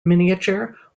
miniature